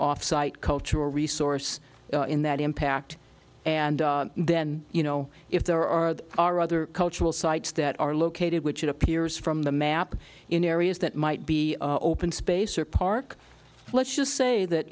offsite cultural resource in that impact and then you know if there are other cultural sites that are located which it appears from the map in areas that might be open space or park let's just say that